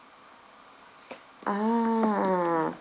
ah